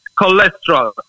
cholesterol